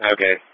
Okay